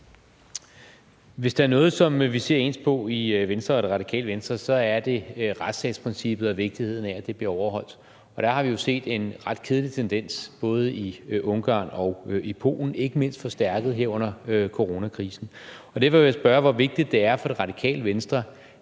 Hvis der er noget, som vi ser ens på i Venstre og Det Radikale Venstre, så er det retsstatsprincippet og vigtigheden af, at det bliver overholdt, og der har vi jo set en ret kedelig tendens både i Ungarn og i Polen, ikke mindst forstærket her under coronakrisen. Derfor vil jeg spørge, hvor vigtigt det er for Det Radikale Venstre